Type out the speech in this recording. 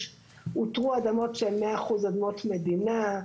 אותרו אדמות שהן 100 אחוז אדמות מדינה.